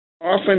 often